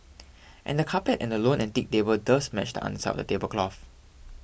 and the carpet and the lone antique table does match the underside of the tablecloth